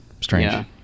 strange